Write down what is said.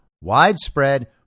widespread